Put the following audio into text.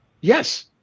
Yes